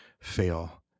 Fail